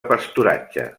pasturatge